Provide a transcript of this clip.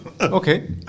Okay